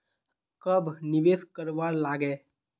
कब निवेश करवार लागे?